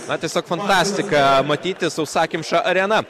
na tiesiog fantastika matyti sausakimša arena